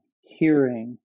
hearing